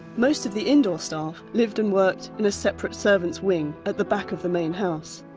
most of the indoor staff lived and worked in a separate servants' wing at the back of the main house,